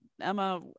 Emma